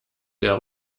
der